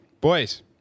boys